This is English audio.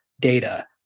data